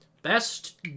Best